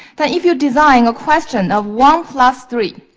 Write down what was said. that if you design a question of one plus three,